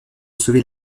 sauver